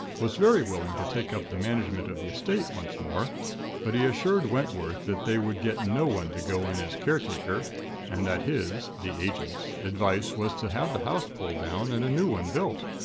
was very willing to take up the management of the estate once more but he assured wentworth that they would get no one to go in as caretaker and that his the agent's advice was to have the house pulled down, and a new one built.